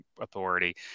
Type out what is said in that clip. authority